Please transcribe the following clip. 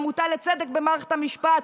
העמותה לצדק במערכת המשפט,